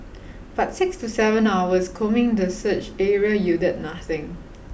but six to seven hours combing the search area yielded nothing